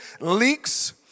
leaks